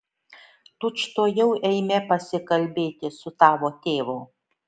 tučtuojau eime pasikalbėti su tavo tėvu